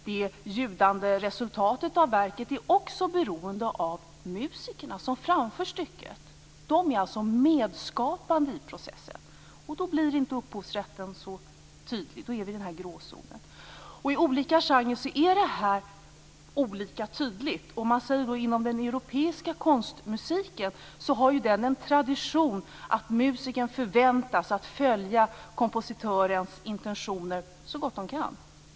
Det ljudande resultatet av verket är också beroende av de musiker som framför stycket. De är alltså medskapande i processen, och då blir inte upphovsrätten så tydlig, utan vi är i den här gråzonen. Inom olika genrer är detta olika tydligt. Inom den europeiska konstmusiken finns en tradition att musikern förväntas följa kompositörens intentioner så gott han eller hon kan.